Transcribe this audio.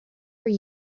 were